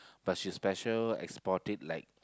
but she special export it like